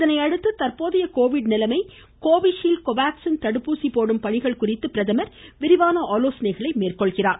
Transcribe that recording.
இதனையடுத்து தற்போதைய கோவிட் நிலைமை கோவிஷீல்ட் கோவாக்ஸின் தடுப்பூசி போடும் பணிகள் குறித்து பிரதமர் ஆலோசனை மேற்கொள்கிறார்